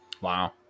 Wow